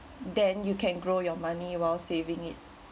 then you can grow your money while saving it